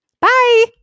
Bye